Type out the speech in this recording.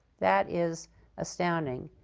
that is astounding.